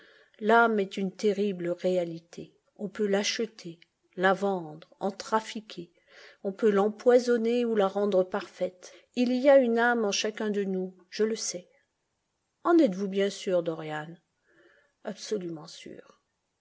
l'âme est une terrible réalité on peut l'acheter la vendre en trafiquer on peut l'empoisonner ou la rendre parfaite il y a une âme en chacun de nous je le sais en êtes-vous bien sûr dorianp absolument sûr